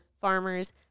farmers